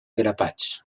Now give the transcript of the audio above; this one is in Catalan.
grapats